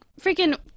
freaking